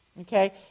Okay